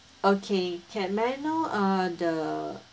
okay can may I know uh the